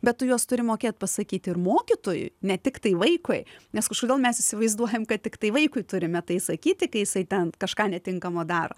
bet tu juos turi mokėt pasakyt ir mokytojui ne tiktai vaikui nes kažkodėl mes įsivaizduojam kad tiktai vaikui turime tai sakyti kai jisai ten kažką netinkamo daro